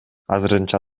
азырынча